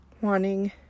wanting